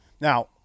Now